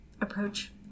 approach